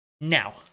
now